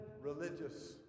religious